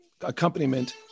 accompaniment